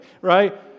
Right